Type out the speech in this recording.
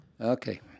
okay